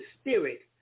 Spirit